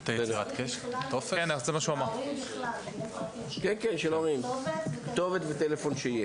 את הפרטים של ההורים, כתובת וטלפון.